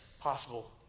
possible